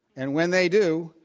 and when they do,